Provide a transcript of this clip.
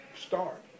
start